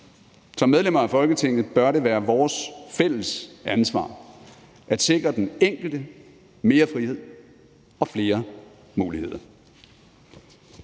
som medlemmer af Folketinget bør det være vores fælles ansvar at sikre den enkelte mere frihed og flere muligheder.